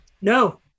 No